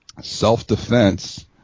self-defense